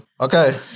Okay